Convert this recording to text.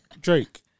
Drake